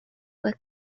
were